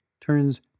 turns